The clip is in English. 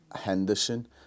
Henderson